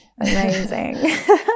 Amazing